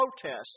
protests